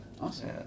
awesome